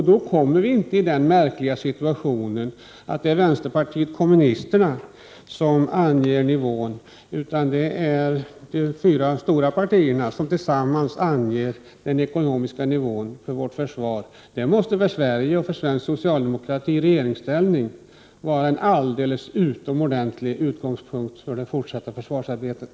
Då kommer vi heller inte i den märkliga situationen att det är vänsterpartiet kommunisterna som anger nivån, utan det är de fyra stora partierna som tillsammans anger den ekonomiska nivån för vårt försvar. Det måste väl för Sverige och för svensk socialdemokrati i regeringsställning vara en alldeles utomordentlig utgångspunkt för det fortsatta försvarsarbetet.